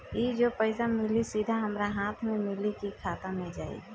ई जो पइसा मिली सीधा हमरा हाथ में मिली कि खाता में जाई?